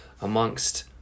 amongst